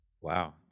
Wow